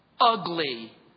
ugly